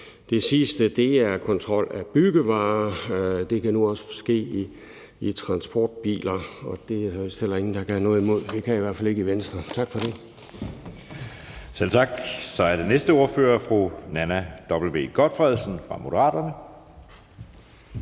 Det sidste er kontrol af byggevarer. Det kan nu også ske i transportbiler, og det er der vist heller ingen der kan have noget imod. Det kan vi i hvert fald ikke i Venstre. Tak for det. Kl. 10:05 Anden næstformand (Jeppe Søe): Tak. Så er næste ordfører fru Nanna W. Gotfredsen fra Moderaterne.